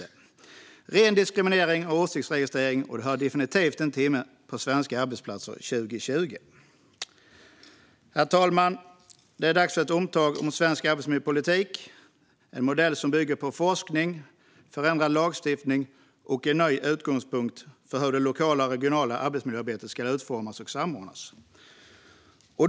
Detta är ren diskriminering och åsiktsregistrering, och det hör definitivt inte hemma på svenska arbetsplatser 2020. Herr talman! Det är dags för ett omtag i svensk arbetsmiljöpolitik med en modell som bygger på forskning, förändrad lagstiftning och en ny utgångspunkt för hur det lokala och regionala arbetsmiljöarbetet ska utformas och samordnas.